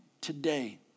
today